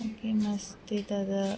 किमस्ति तद्